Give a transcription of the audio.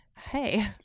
Hey